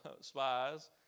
spies